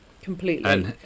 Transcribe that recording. completely